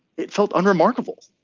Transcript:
it felt unremarkable.